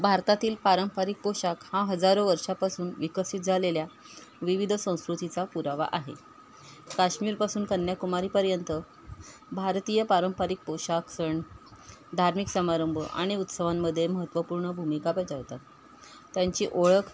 भारतातील पारंपरिक पोषाख हा हजारो वर्षापासून विकसित झालेल्या विविध संस्कृतीचा पुरावा आहे काश्मीरपासून कन्याकुमारीपर्यंत भारतीय पारंपरिक पोषाख सण धार्मिक समारंभ आणि उत्सवांमध्ये महत्त्वपूर्ण भूमिका बजावतात त्यांची ओळख